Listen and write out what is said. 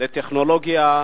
לטכנולוגיה,